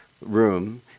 room